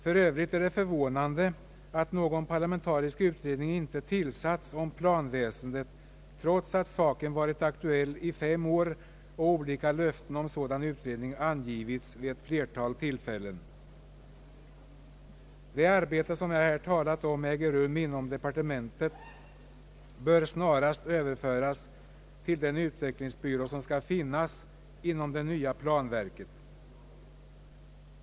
För övrigt är det förvånande att någon parlamentarisk utredning om planväsendet inte tillsatts, trots att saken varit aktuell i fem år och olika löften om en sådan utredning givits vid ett flertal tillfällen. Det arbete som äger rum inom departementet och som jag här har talat om bör snarast överföras till den utvecklingsbyrå som skall finnas inom det nya planverket.